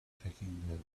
taking